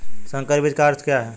संकर बीज का अर्थ क्या है?